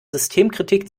systemkritik